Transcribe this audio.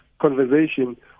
conversation